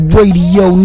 Radio